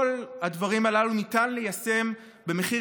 את כל הדברים הללו ניתן ליישם במחיר